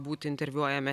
būt interviuojami